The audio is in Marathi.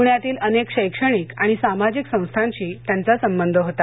पुण्यातील अनेक शैक्षणिक आणि सामाजिक संस्थांशी त्यांचा संबंध होता